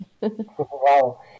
Wow